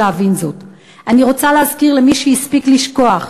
אני רוצה להזכיר למי שהספיק לשכוח: